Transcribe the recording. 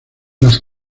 las